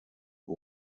who